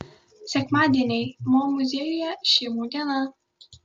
sekmadieniai mo muziejuje šeimų diena